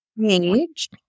page